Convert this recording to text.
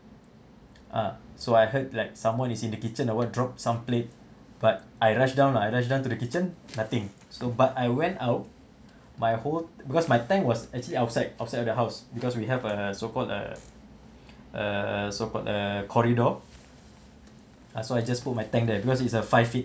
ah so I heard like someone is in the kitchen or what drop some plate but I rushed down lah I rushed down to the kitchen nothing so but I went out my hope because my tank was actually outside outside of the house because we have a so called a a so called a corridor ah so I just put my tank there because is a five feet